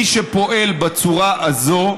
מי שפועל בצורה הזאת,